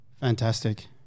Fantastic